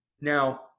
Now